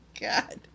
God